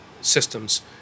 systems